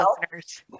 listeners